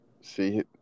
see